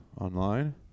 online